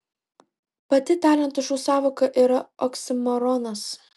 pati talentų šou sąvoka yra oksimoronas